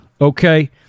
Okay